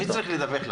מי צריך לדווח לכם?